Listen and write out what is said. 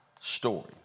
story